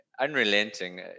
unrelenting